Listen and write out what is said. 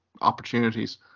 opportunities